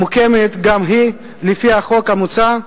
המוקמת גם היא לפי החוק המוצע,